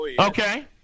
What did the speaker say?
Okay